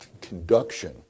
conduction